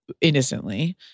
innocently